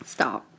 Stop